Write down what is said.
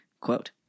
Quote